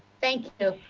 thank you,